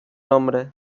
nombre